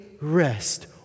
rest